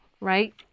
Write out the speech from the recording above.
right